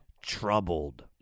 troubled